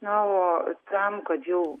na o tam kad jau